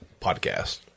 podcast